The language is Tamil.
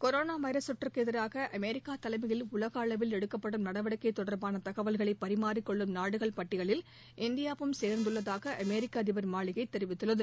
கொரானா வைரஸ் தொற்றுக்கு எதிராக அமெரிக்கா தலைமையில் உலக அளவில் எடுக்கப்படும் நடவடிக்கை தொடர்பாள தகவல்களை பரிமாறிக் கொள்ளும் நாடுகள் பட்டியலில் இந்தியாவையும் சேர்த்துள்ளதாக அமெரிக்க அதிபர் மாளிகை தெரிவித்துள்ளது